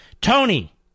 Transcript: Tony